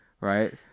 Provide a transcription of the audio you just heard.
right